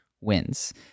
wins